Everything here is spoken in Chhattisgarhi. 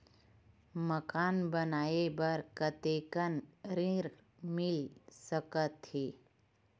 मकान बनाये बर कतेकन ऋण मिल सकथे?